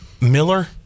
Miller